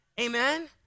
Amen